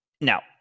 Now